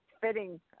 fitting